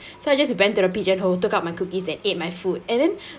so I just went to the pigeonhole took out my cookies and ate my food and then